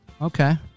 Okay